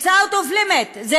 It's out of limits, זה